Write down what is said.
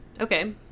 Okay